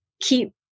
keep